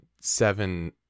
seven